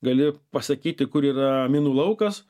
gali pasakyti kur yra minų laukas